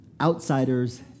Outsiders